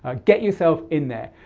ah get yourself in there.